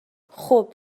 خوب